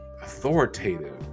authoritative